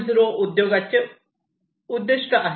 0 उद्योगाचे उद्दीष्ट आहे